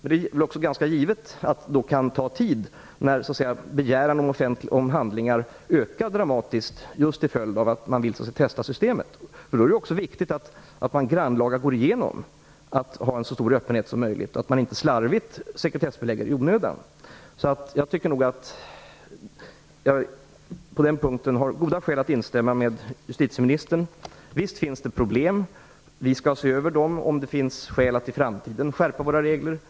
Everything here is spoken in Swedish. Det är väl också ganska givet att det kan ta tid när anspråken på handlingar ökar dramatiskt just till följd av att man vill testa systemet. Det är då också viktigt att man grannlaga går igenom möjligheterna att ha en så stor öppenhet som möjligt och inte slarvigt sekretessbelägger i onödan. Jag tycker att jag på denna punkt har goda skäl att instämma med justitieministern. Visst finns det problem, och vi skall se om det finns skäl att i framtiden skärpa våra regler.